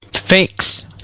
Fix